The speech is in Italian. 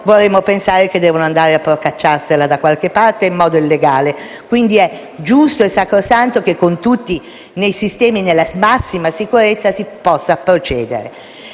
vorremmo pensare che debbano andare a procacciarsela da qualche parte in modo illegale. Quindi, è giusto e sacrosanto che, nella massima sicurezza, si possa procedere